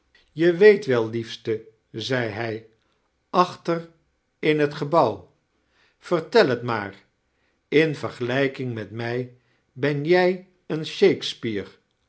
je weet wel liefste zei hij achter in t gebouw vertel het maar in vergelijking met mij ben jij een shakespaere